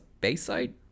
Bayside